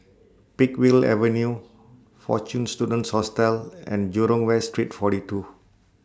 Peakville Avenue Fortune Students Hostel and Jurong West Street forty two